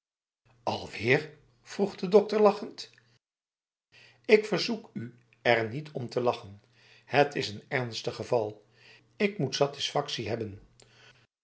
alweer vroeg de dokter lachend ik verzoek u er niet om te lachen het is een ernstig geval ik moet satisfactie hebben